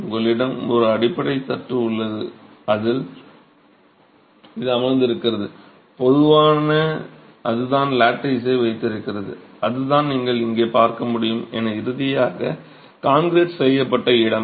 உங்களிடம் ஒரு அடிப்படை தட்டு உள்ளது அதில் இது அமர்ந்திருக்கிறது அதுதான் லாட்டிசை வைத்திருக்கிறது அதுதான் நீங்கள் இங்கே பார்க்க முடியும் என இறுதியாக கான்கிரீட் செய்யப்பட்ட இடம்